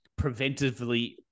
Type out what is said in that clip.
preventively